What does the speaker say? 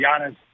Giannis